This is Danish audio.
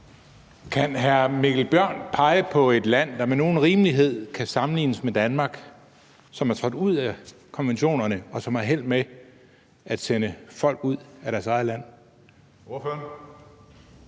Kan hr. Mikkel Bjørn pege på et land, der med nogen rimelighed kan sammenlignes med Danmark, som er trådt ud af konventionerne, og som har held med at sende folk ud af deres eget land? Kl.